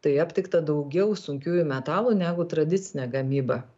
tai aptikta daugiau sunkiųjų metalų negu tradicinė gamyba